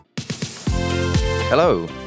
Hello